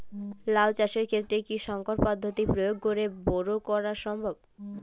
লাও চাষের ক্ষেত্রে কি সংকর পদ্ধতি প্রয়োগ করে বরো করা সম্ভব?